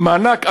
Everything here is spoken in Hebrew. מענקים,